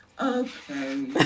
Okay